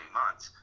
months